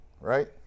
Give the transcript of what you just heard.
right